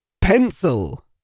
pencil